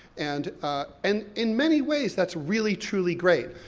and and in many ways, that's really, truly great,